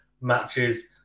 matches